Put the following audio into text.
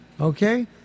Okay